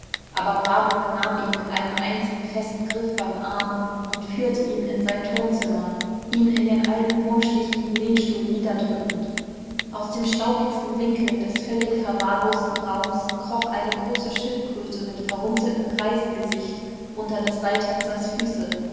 aber warburg nahm ihn mit einem einzigen festen griff beim arm und führte ihn in sein turmzimmer ihn in den alten wurmstichigen lehnstuhl niederdrückend aus dem staubigsten winkel des völlig verwahrlosten raums kroch eine große schildkröte mit verrunzeltem greisengesicht unter des seiltänzers füße